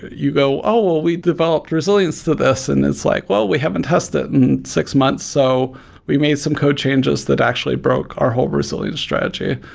you go, oh! we developed resilience to this, and it's like, like, well, we haven't tested it in six months. so we made some code changes that actually broke our whole resilience strategy.